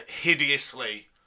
Hideously